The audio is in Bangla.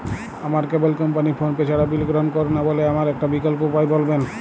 আমার কেবল কোম্পানী ফোনপে ছাড়া বিল গ্রহণ করে না বলে আমার একটা বিকল্প উপায় বলবেন?